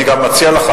אני גם מציע לך,